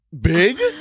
big